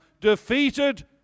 defeated